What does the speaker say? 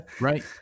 right